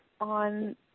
on